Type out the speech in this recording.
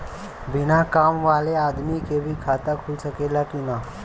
बिना काम वाले आदमी के भी खाता खुल सकेला की ना?